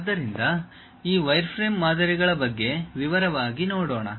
ಆದ್ದರಿಂದ ಈ ವೈರ್ಫ್ರೇಮ್ ಮಾದರಿಗಳ ಬಗ್ಗೆ ವಿವರವಾಗಿ ನೋಡೋಣ